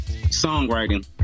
Songwriting